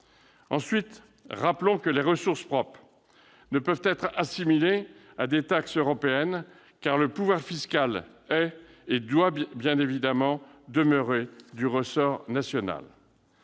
Ensuite, rappelons que les ressources propres ne peuvent être assimilées à des taxes européennes, car le pouvoir fiscal est, et doit bien évidemment demeurer, du ressort national.